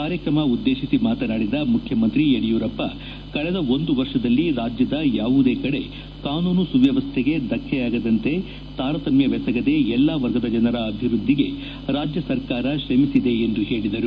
ಕಾರ್ಯಕ್ರಮ ಉದ್ದೇತಿಸಿ ಮಾತನಾಡಿದ ಮುಖ್ಯಮಂತ್ರಿ ಯಡಿಯೂರಪ್ಪ ಕಳೆದ ಒಂದು ವರ್ಷದಲ್ಲಿ ರಾಜ್ಲದ ಯಾವುದೇ ಕಡೆ ಕಾನೂನು ಸುವ್ತವಸ್ಥೆಗೆ ಧಕ್ಕೆಯಾಗದಂತೆ ತಾರತಮ್ಯವೆಸಗದೆ ಎಲ್ಲಾ ವರ್ಗದ ಜನರ ಅಭಿವೃದ್ದಿಗೆ ರಾಜ್ಯ ಸರ್ಕಾರ ಶ್ರಮಿಸಿದೆ ಎಂದು ಹೇಳಿದರು